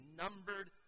numbered